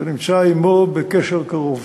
והוא נמצא עמו בקשר קרוב.